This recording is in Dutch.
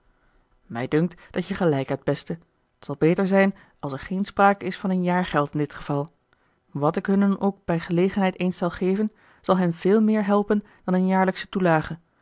mij dunkt dat je gelijk hebt beste t zal beter zijn als er geen sprake is van een jaargeld in dit geval wàt ik hun dan ook bij gelegenheid eens zal geven zal hen veel meer helpen dan een jaarlijksche toelage